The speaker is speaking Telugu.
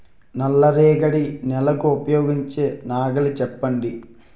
నల్ల రేగడి నెలకు ఉపయోగించే నాగలి చెప్పండి?